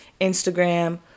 Instagram